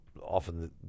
Often